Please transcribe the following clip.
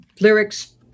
lyrics